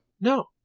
No